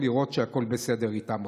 לראות שהכול בסדר איתם.